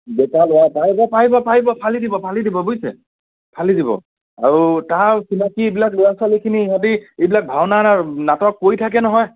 বেকাৰ ল'ৰা পাৰিব পাৰিব পাৰিব ফালি দিব ফালি দিব বুজিছে ফালি দিব আৰু তাৰ চিনাকি এইবিলাক ল'ৰা ছোৱালীখিনি ইহঁতি এইবিলাক ভাওনা না নাটক কৰি থাকে নহয়